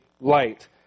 light